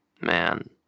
man